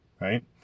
right